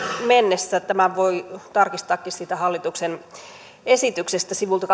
mennessä tämän voi tarkistaakin siitä hallituksen esityksestä sivulta